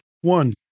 One